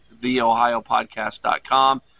theohiopodcast.com